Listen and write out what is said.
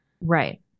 Right